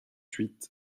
huit